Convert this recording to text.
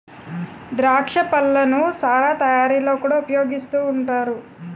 ద్రాక్ష పళ్ళను సారా తయారీలో కూడా ఉపయోగిస్తూ ఉంటారు